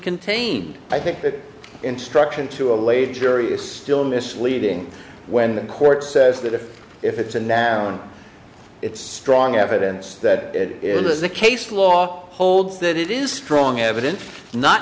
contained i think that instruction to a lay jury is still misleading when the court says that if it's a noun it's strong evidence that is the case law holds that it is strong evidence not